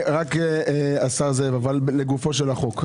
אבל לגופו של החוק,